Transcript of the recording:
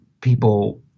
people